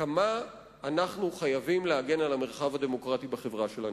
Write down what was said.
כמה אנחנו חייבים להגן על המרחב הדמוקרטי בחברה שלנו.